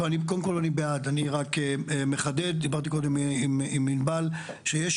אני רק מחדד ואומר דיברתי קודם עם ענבל - שיש